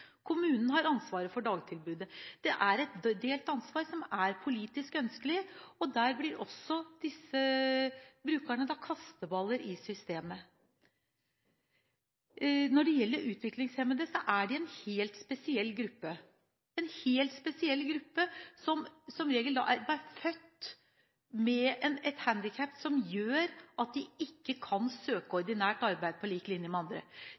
Kommunen har ansvaret for dagtilbudet. Det er et delt ansvar som er politisk ønskelig, og der blir også disse brukerne kasteballer i systemet. Når det gjelder utviklingshemmede, er de en helt spesiell gruppe, som som regel er født med et handikap som gjør at de ikke kan søke ordinært arbeid på lik linje med alle andre.